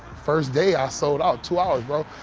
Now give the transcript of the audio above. first day i sold out. two hours, bro.